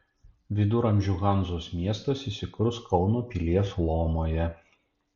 viduramžių hanzos miestas įsikurs kauno pilies lomoje